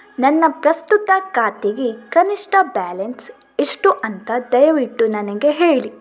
ನನ್ನ ಪ್ರಸ್ತುತ ಖಾತೆಗೆ ಕನಿಷ್ಠ ಬ್ಯಾಲೆನ್ಸ್ ಎಷ್ಟು ಅಂತ ದಯವಿಟ್ಟು ನನಗೆ ಹೇಳಿ